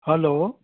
hello